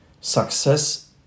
success